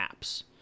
apps